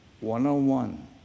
one-on-one